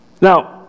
Now